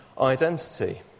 identity